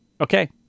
Okay